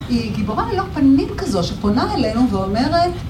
היא גיבורה ללא פנים כזו שפונה אלינו ואומרת